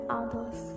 others